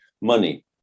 Money